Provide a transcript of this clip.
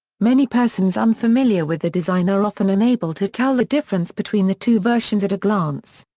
many persons unfamiliar with the design are often unable to tell the difference between the two versions at a glance.